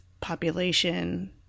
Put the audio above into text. population